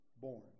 born